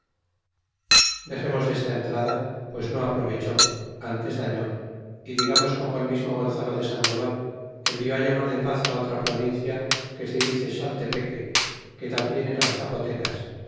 dexemos desta entrada pues no aprovechó ntes dalló y digamos como el mismo gonzalo de sandoval envió llamar de paz otra provincia que se dice xaltepeque que tambien eran zapotecas